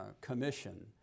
commission